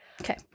Okay